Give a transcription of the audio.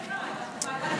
אנחנו ועדת קישוט בעיניך?